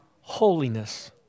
holiness